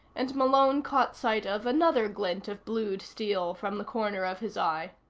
and malone caught sight of another glint of blued steel from the corner of his eye.